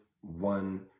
one